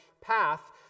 path